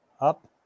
up